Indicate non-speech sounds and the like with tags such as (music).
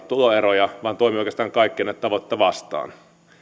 (unintelligible) tuloeroja vaan toimii oikeastaan kaikkia näitä tavoitteita vastaan